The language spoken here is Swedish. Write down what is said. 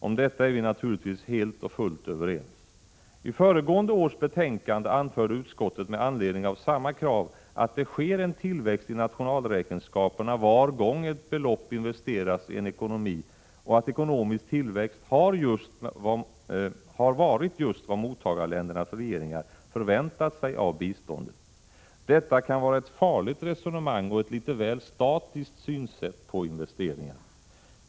Om detta är vi helt och fullt överens. I föregående års betänkande anförde utskottet med anledning av samma krav att det sker en tillväxt i nationalräkenskaperna var gång ett belopp investeras i en ekonomi och att ekonomisk tillväxt har varit just vad mottagarländernas regeringar förväntat sig av biståndet. Detta är ett farligt resonemang och ett litet väl statiskt synsätt på investeringar.